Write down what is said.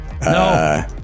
No